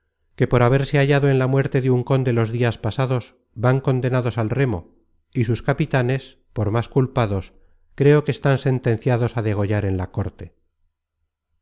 que por haberse hallado en la muerte de un conde los dias pasados van condenados al remo y sus capitanes por más culpados creo que están sentenciados á degollar en la corte